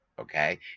okay